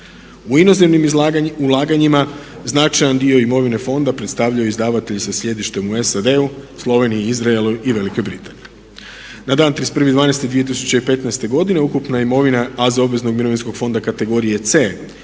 U inozemnim ulaganjima značajan dio imovine fonda predstavljaju izdavatelji sa sjedištem u SAD-u, Sloveniji, Izraelu i Velikoj Britaniji. Na dan 31.12.2015. godine ukupna imovina AZ obveznog mirovinskog fonda kategorije C